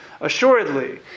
Assuredly